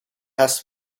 has